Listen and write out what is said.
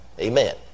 Amen